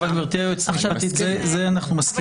אבל גברתי היועצת המשפטית, לזה אנחנו מסכימים.